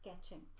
sketching